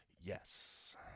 yes